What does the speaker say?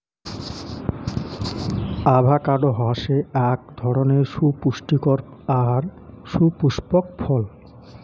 avocado হসে আক ধরণের সুপুস্টিকর আর সুপুস্পক ফল